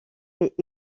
fait